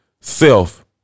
Self